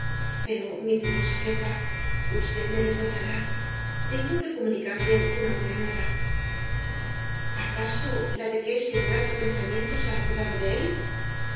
pero mi primo se acerca usted me dispensará tengo que comunicarle una buena nueva acaso la de que ese ingrato pensamiento se ha acordado de él